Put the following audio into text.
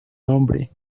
nombre